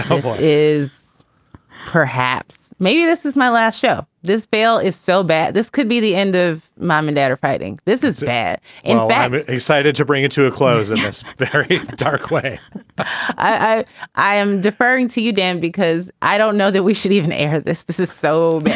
hope ah is perhaps maybe this is my last show. this bill is so bad. this could be the end of mom and dad or fighting. this is bad in fact, but they cited to bring it to a close in this very dark way i i am deferring to you, dan, because i don't know that we should even air this this is so bad.